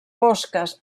fosques